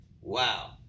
Wow